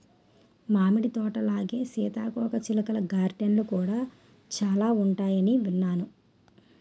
మామిడి తోటలాగే సీతాకోకచిలుకల గార్డెన్లు కూడా చాలా ఉంటాయని విన్నాను